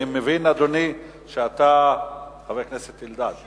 אני מבין, אדוני חבר הכנסת אלדד שאתה,